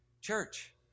Church